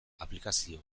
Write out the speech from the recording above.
aplikazio